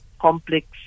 complex